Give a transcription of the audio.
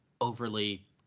overly